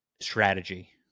Strategy